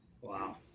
wow